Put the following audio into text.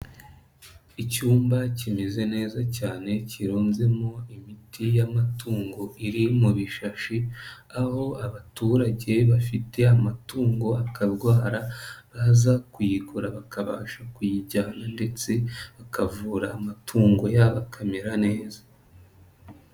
Icyumba kimeze neza cyane kirunzemo imiti y'amatungo iri mu bishashi, aho abaturage bafite amatungo akarwara baza kuyigura bakabasha kuyijyana ndetse bakavura amatungo yabo akamera neza.